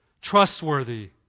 trustworthy